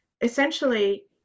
essentially